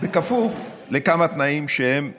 בכפוף לכמה תנאים שהם בחוק.